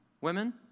women